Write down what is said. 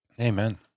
Amen